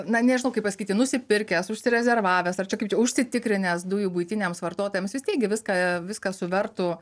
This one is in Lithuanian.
na nežinau kaip pasakyti nusipirkęs užsirezervavęs ar čia kaip čia užsitikrinęs dujų buitiniams vartotojams vis tiek gi viską viską su vertu